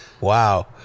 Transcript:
Wow